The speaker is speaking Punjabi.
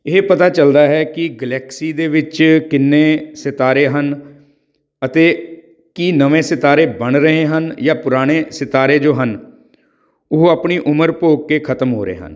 ਇਹ ਪਤਾ ਚੱਲਦਾ ਹੈ ਕਿ ਗਲੈਕਸੀ ਦੇ ਵਿੱਚ ਕਿੰਨੇ ਸਿਤਾਰੇ ਹਨ ਅਤੇ ਕੀ ਨਵੇਂ ਸਿਤਾਰੇ ਬਣ ਰਹੇ ਹਨ ਜਾਂ ਪੁਰਾਣੇ ਸਿਤਾਰੇ ਜੋ ਹਨ ਉਹ ਆਪਣੀ ਉਮਰ ਭੋਗ ਕੇ ਖ਼ਤਮ ਹੋ ਰਹੇ ਹਨ